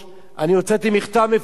אני הוצאתי מכתב מפורש